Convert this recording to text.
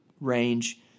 range